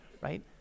right